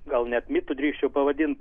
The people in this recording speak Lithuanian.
gal net mitu drįsčiau pavadint